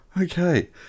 Okay